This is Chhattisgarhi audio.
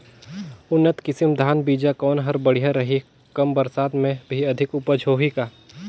उन्नत किसम धान बीजा कौन हर बढ़िया रही? कम बरसात मे भी अधिक उपज होही का?